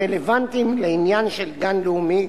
הרלוונטיים לעניין של גן לאומי,